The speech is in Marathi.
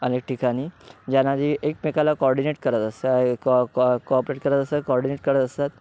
अनेक ठिकाणी ज्याना जे एकमेकाला कोऑर्डिनेट करत असता ए कॉ कॉ कॉपरेट करत असतात कोऑर्डिनेट करत असतात